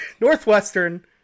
Northwestern